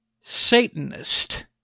Satanist